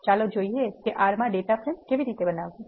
ચાલો જોઈએ કે R માં ડેટા ફ્રેમ કેવી રીતે બનાવવું